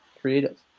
creative